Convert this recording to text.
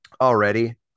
already